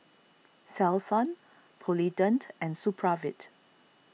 Selsun Polident and Supravit